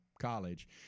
college